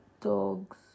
dogs